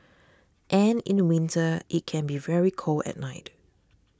and in winter it can be very cold at night